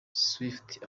swift